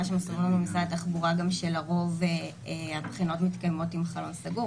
מסרו לנו במשרד התחבורה גם שלרוב הבחינות מתקיימות עם חלון סגור,